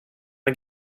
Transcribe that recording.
med